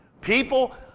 People